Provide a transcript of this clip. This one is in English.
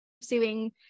pursuing